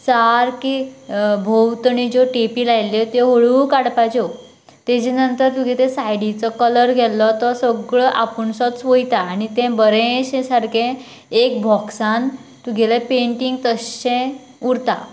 सारके भोंवतणी ज्यो टेपी लायल्ल्यो त्यो हळू काडपाच्यो तेजे नंतर तुगे ते सायडीच्यो कलर गेल्लो तो सगळो आपूणसोच वयता आनी तें बरेंशें सारकें एक बाॅक्सान तुगेलें पॅन्टिंग तशें उरता